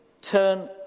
turn